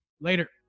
Later